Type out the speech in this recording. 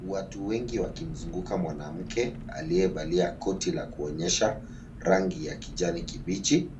Watu wengi wakimzunguka mwanamke aliyevalia koti la kuonyesha rangi ya kijani kibichi,